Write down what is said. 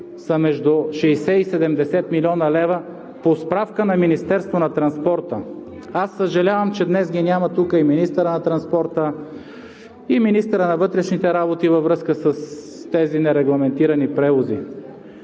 са между 60 и 70 млн. лв. по справка на Министерство на транспорта. Аз съжалявам, че днес ги няма тук и министъра на транспорта, и министъра на вътрешните работи във връзка с тези нерегламентирани превози,